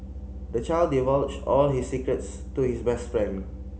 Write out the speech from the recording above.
the child divulged all his secrets to his best friend